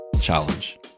challenge